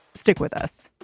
stick with us